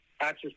access